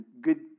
good